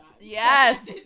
yes